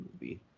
movie